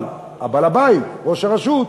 אבל בעל הבית, ראש הרשות,